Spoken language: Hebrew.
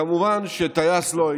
כמובן שטייס לא הייתי.